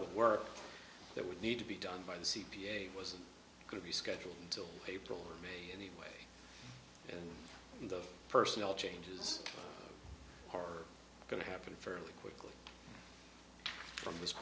the work that would need to be done by the c p a wasn't going to be scheduled until april or may anyway and the personnel changes are going to happen fairly quickly